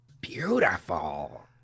beautiful